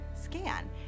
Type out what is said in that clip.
scan